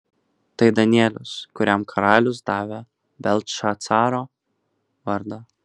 tai danielius kuriam karalius davė beltšacaro vardą